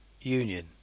union